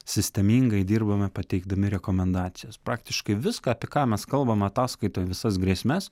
sistemingai dirbame pateikdami rekomendacijas praktiškai viską apie ką mes kalbam ataskaitoje visas grėsmes